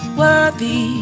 worthy